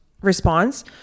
response